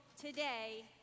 today